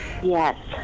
Yes